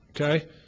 Okay